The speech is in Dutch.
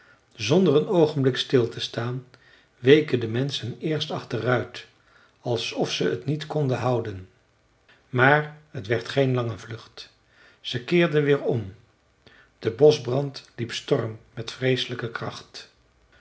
zonder een oogenblik stil te staan weken de menschen eerst achteruit alsof ze t niet uit konden houden maar t werd geen lange vlucht ze keerden weer om de boschbrand liep storm met vreeselijke kracht